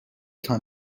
تان